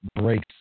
breaks